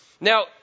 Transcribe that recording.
Now